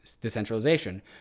decentralization